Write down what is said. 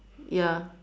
ya